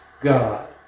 God